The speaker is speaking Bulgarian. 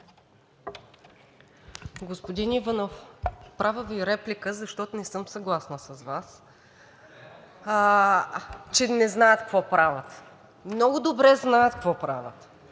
Господин Иванов, правя Ви реплика, защото не съм съгласна с Вас, че не знаят какво правят. Много добре знаят какво правят.